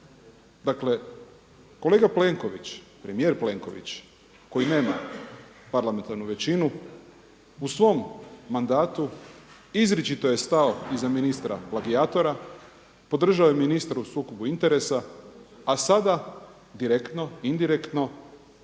Dakle, kolega Plenković, premijer Plenković koji nema parlamentarnu većinu u svom mandatu izričito je stao iza ministra plagijatora, podržao je ministra u sukobu interesa, a sada direktno, indirektno